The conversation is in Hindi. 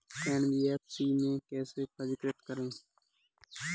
एन.बी.एफ.सी में कैसे पंजीकृत करें?